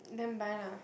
then buy lah